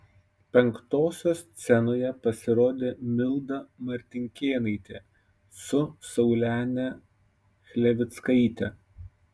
penktosios scenoje pasirodė milda martinkėnaitė su saulene chlevickaite